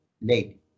Lady